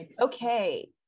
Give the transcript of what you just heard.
okay